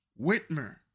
Whitmer